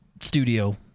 studio